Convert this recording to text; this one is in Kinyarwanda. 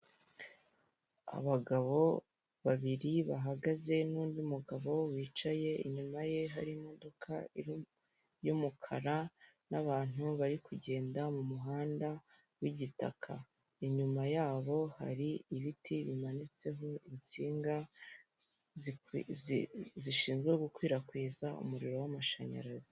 Abagabo babiri bahagaze n'undi mugabo wicaye inyuma ye hari imodoka y'umukara, n'abantu bari kugenda mumuhanda wigitaka. Inyuma yabo hari ibiti bimanitseho insinga zishinzwe gukwirakwiza umuriro w'amashanyarazi.